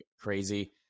crazy